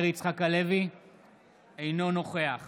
אינו נוכח